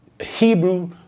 Hebrew